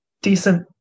decent